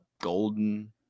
golden